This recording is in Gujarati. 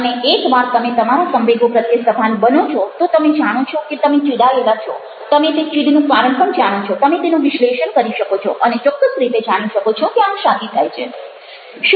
અને એક વાર તમે તમારા સંવેગો પ્રત્યે સભાન બનો છો તો તમે જાણો છો કે તમે ચીડાયેલા છો તમે તે ચીડનું કારણ પણ જાણો છો તમે તેનું વિશ્લેષણ કરી શકો છોઅને ચોક્કસ રીતે જાણી શકો છો કે આમ શાથી થાય છે